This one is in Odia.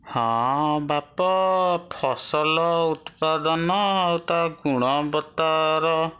ହଁ ବାପ ଫସଲ ଉତ୍ପାଦନ ଆଉ ତା' ଗୁଣବତ୍ତାର